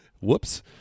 Whoops